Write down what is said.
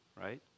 right